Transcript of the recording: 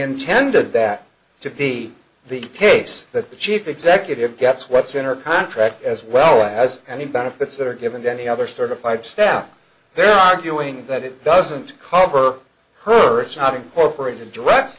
intended that to be the case that the chief executive gets what's in her contract as well as any benefits that are given to any other certified staff they're arguing that it doesn't cover her it's not incorporat